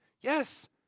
Yes